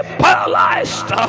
paralyzed